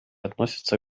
относятся